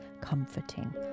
comforting